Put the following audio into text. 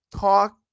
talk